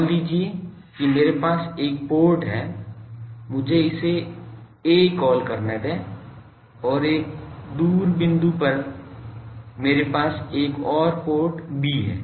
मान लीजिए कि मेरे पास एक पोर्ट है मुझे इसे 'a' कॉल करने दें और एक दूर बिंदु पर मेरे पास एक और पोर्ट 'b' है